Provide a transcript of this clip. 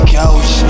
couch